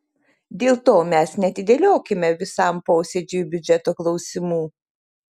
dėl to mes neatidėliokime visam posėdžiui biudžeto klausimų